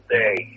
day